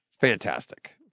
Fantastic